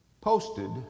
posted